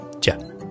Ciao